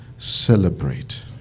celebrate